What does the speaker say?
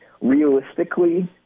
realistically